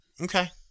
Okay